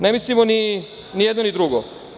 Ne mislimo ni jedno ni drugo.